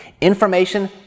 Information